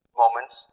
moments